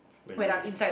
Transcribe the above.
when you're in